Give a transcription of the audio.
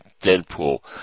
Deadpool